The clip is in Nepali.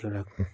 कतिवटा